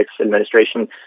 Administration